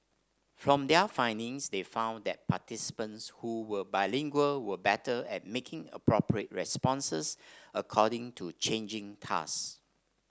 from their findings they found that participants who were bilingual were better at making appropriate responses according to changing task